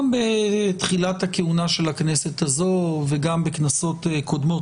גם בתחילת הכהונה של הכנסת הזו וגם בכנסות קודמות,